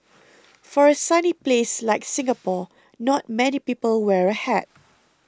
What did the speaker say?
for a sunny place like Singapore not many people wear a hat